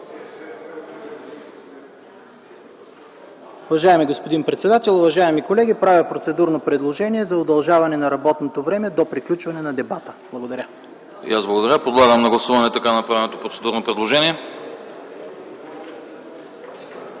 Уважаеми господин председател, уважаеми колеги! Правя процедурно предложение за удължаване на работното време до приключване на дебата. Благодаря. ПРЕДСЕДАТЕЛ АНАСТАС АНАСТАСОВ: И аз благодаря. Подлагам на гласуване направеното процедурно предложение.